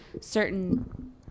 certain